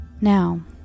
Now